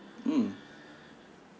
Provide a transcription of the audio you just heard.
mm